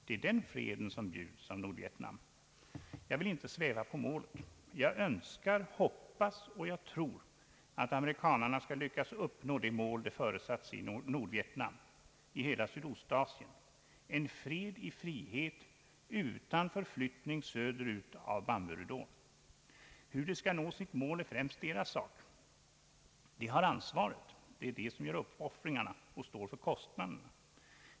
Det är den freden som bjuds av Nordvietnam, Jag vill inte sväva på målet. Jag önskar, hoppas och tror att amerikanerna skall lyckas uppnå det mål de föresatt sig i Nordvietnam, i hela Sydostasien, en fred i frihet utan förflyttning söder ut av bamburidån. Hur de skall nå sitt mål är främst deras sak. De har ansvaret. Det är de som gör uppoffringarna och står för kostnaderna.